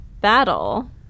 battle